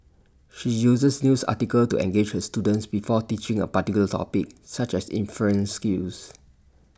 she uses news articles to engage her students before teaching A particular topic such as inference skills